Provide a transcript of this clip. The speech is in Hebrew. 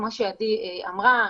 כמו שעדי אמרה,